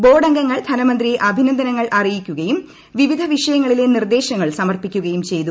board അംഗങ്ങൾ ധനമന്ത്രിയെ അഭിനന്ദനങ്ങൾ അറിയിക്കുകയും വിവിധ വിഷയങ്ങളിലെ നിർദ്ദേശങ്ങൾ സമർപ്പിക്കുകയും ചെയ്തു